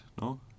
No